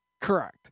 Correct